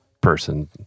person